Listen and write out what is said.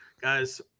Guys